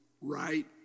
right